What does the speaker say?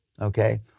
Okay